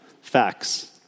Facts